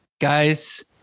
Guys